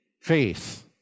faith